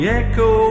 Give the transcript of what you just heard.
echo